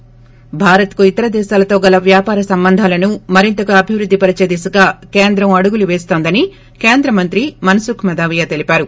ి భారత్ కు ఇతర దేశాలతో గల వ్యాపార సంబంధాలను మరింతగా అభివృద్ది పరిచే దిశగా కేంద్రం అడుగులు వేస్తోందని కేంద్ర మంత్రి మనసుఖ్ మదావియ తెలిపారు